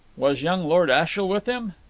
was young lord ashiel with him?